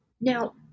Now